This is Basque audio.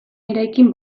eraikin